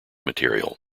material